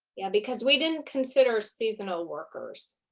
yeah, because we didn't consider seasonal workers.